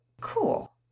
Cool